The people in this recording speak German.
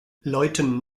leuten